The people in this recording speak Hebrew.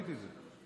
לא ראיתי את זה.